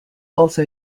also